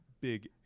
big